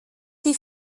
die